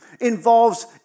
involves